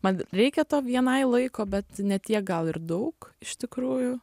man reikia to vienai laiko bet ne tiek gal ir daug iš tikrųjų